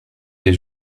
des